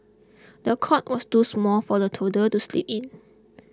the cot was too small for the toddler to sleep in